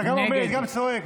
אתה גם עומד, גם צועק.